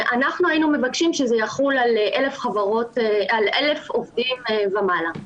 אנחנו היינו מבקשים שזה יחול על 1,000 עובדים ומעלה.